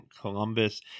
Columbus